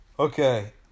Okay